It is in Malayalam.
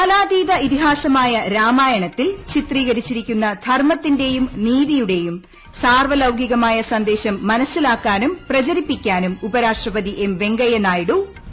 കാലാതീത ഇതിഹാസമായരാമായണത്തിൽ ചിത്രീകരിച്ചിരിക്കുന്ന ധർമ്മത്തിന്റെയും നീതിയുടെയും സാർവ്വലൌക്ടികമായ സന്ദേശം മനസിലാക്കാനും പ്രചരിപ്പിക്കാ്നും ഉപരാഷ്ട്രപതി എം വെങ്കയ്യ നായിഡു ആഷ്ടാനം ചെയ്തു